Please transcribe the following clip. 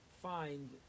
Find